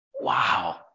Wow